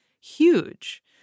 huge